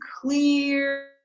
clear